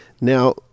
Now